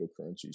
cryptocurrencies